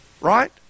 right